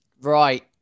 Right